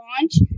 launch